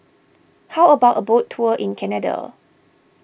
how about a boat tour in Canada